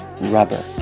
rubber